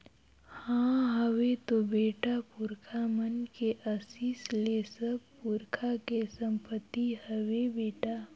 हां हवे तो बेटा, पुरखा मन के असीस ले सब पुरखा के संपति हवे बेटा